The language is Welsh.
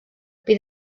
bydd